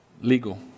Legal